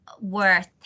worth